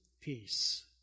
peace